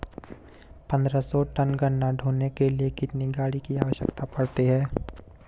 पन्द्रह सौ टन गन्ना ढोने के लिए कितनी गाड़ी की आवश्यकता पड़ती है?